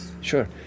Sure